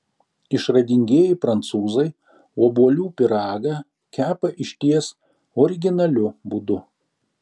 išradingieji prancūzai obuolių pyragą kepa išties originaliu būdu